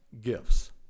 gifts